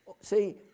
See